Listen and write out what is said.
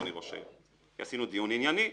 אדוני ראש העיר -עשינו דיון ענייני,